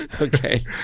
Okay